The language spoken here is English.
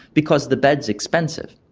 because the bed is expensive.